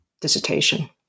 dissertation